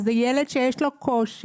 איזו ועדה?